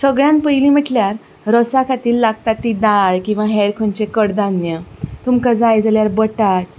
सगळ्यान पयली म्हटल्यार रसा खातीर लागता ती दाळ किंवां हेर खंयचे कडधान्य तुमकां जाय जाल्यार बटाट